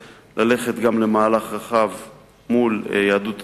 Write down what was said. ללכת גם למהלך רחב מול יהדות התפוצות.